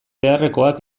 beharrekoak